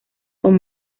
con